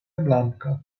blanka